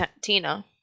tina